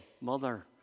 mother